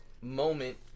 moment